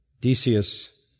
Decius